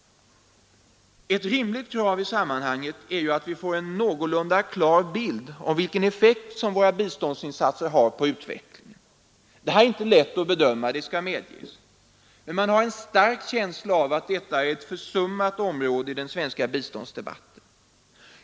Ett rimligt krav i sammanhanget är att vi får en någorlunda klar bild av vilken effekt våra biståndsinsatser har på utvecklingen. Detta är inte lätt att bedöma, det skall medges. Men man har en stark känsla av att detta är ett försummat område i den svenska biståndsdebatten.